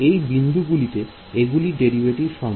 এই বিন্দু গুলিতে এগুলির ডেরিভেটিভ সম্ভব